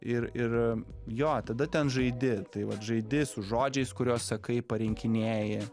ir ir jo tada ten žaidi tai vat žaidi su žodžiais kuriuos sakai parankinėji